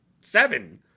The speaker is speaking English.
seven